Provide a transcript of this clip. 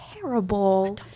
terrible